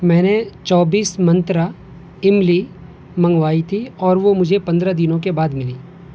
میں نے چوبیس منترا املی منگوائی تھی اور وہ مجھے پندرہ دنوں کے بعد ملی